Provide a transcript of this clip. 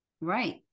Right